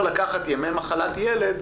לקחת ימי מחלת ילד